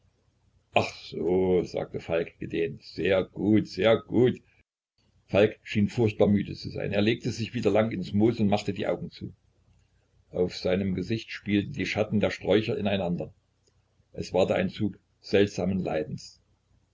ach so sagte falk gedehnt sehr gut sehr gut falk schien furchtbar müde zu sein er legte sich wieder lang ins moos und machte die augen zu auf seinem gesichte spielten die schatten der sträucher in einander es war da ein zug seltsamen leidens